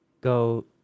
go